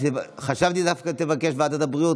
חשבתי שדווקא תבקש ועדת הבריאות.